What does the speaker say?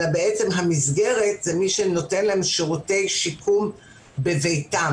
אלא המסגרת זה מי שנותן להם שירותי שיקום בביתם.